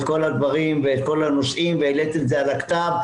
כל הדברים והנושאים והעלית את זה על הכתב,